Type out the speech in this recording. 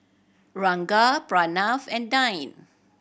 Ranga Pranav and Dhyan